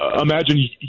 imagine